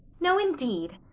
no, indeed,